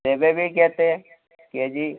ତେବେବି କେତେ K G